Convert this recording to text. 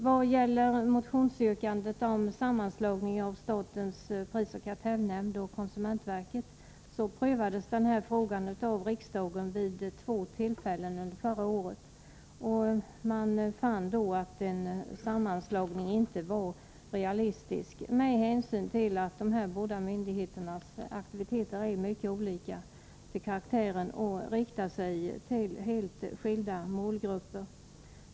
Vad gäller motionsyrkandet om sammanslagning av statens prisoch kartellnämnd och konsumentverket kan jag erinra om att denna fråga prövades av riksdagen vid två tillfällen under förra året. Riksdagen fann då att en sammanslagning inte var realistisk, med hänsyn till att de båda myndigheternas aktiviteter är mycket olika till karaktären och riktar sig till helt skilda målgrupper.